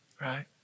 right